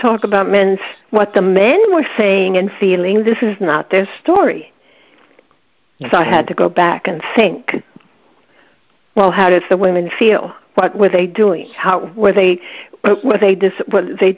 talk about men's what the men were saying and feeling this is not their story so i had to go back and think well how did the women feel what were they doing how were they what they